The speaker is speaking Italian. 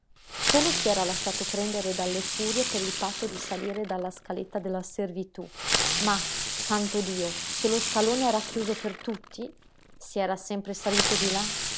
solo si era lasciato prendere dalle furie per il patto di salire dalla scaletta della servitú ma santo dio se lo scalone era chiuso per tutti se era sempre salito di là